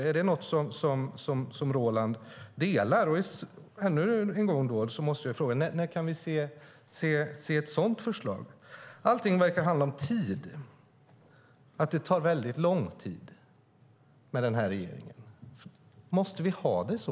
Är det något som Roland Utbult instämmer i? När kan vi se ett sådant förslag? Det verkar handla om att allt tar lång tid med den här regeringen. Måste vi ha det så?